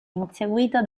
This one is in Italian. inseguito